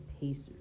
Pacers